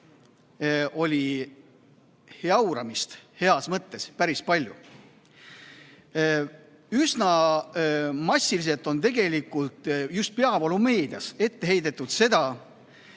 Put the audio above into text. oli jauramist heas mõttes päris palju. Üsna massiliselt on tegelikult just peavoolumeedias ette heidetud seda,